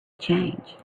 change